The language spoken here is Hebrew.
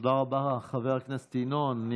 תודה רבה לחבר הכנסת ינון אזולאי.